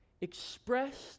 expressed